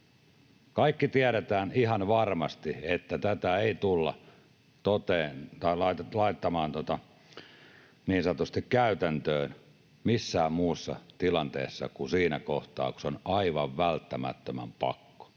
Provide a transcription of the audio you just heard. kaikki tiedetään ihan varmasti, että tätä ei tulla laittamaan niin sanotusti käytäntöön missään muussa tilanteessa kuin siinä kohtaa, kun se on aivan välttämättömän pakko,